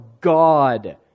God